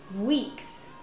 weeks